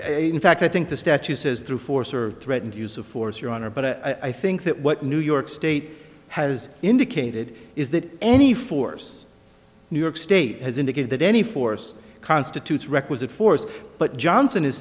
in fact i think the statute says through force or threat and use of force your honor but i think that what new york state has indicated is that any force new york state has indicated that any force constitutes requisite force but johnson